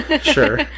Sure